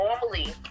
normally